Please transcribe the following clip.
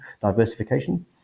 diversification